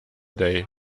day